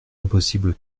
impossible